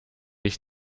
ich